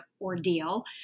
ordeal